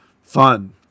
fun